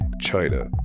China